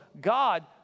God